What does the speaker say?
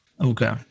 Okay